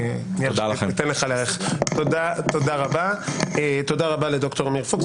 תודה רבה לד"ר עמיר פוקס.